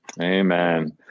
amen